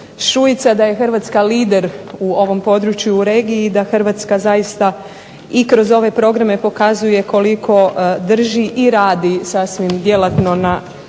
Šuica da je Hrvatska lider u ovom području u regiji i da Hrvatska zaista i kroz ove programe pokazuje koliko drži i radi sasvim djelatno na